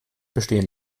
bestehen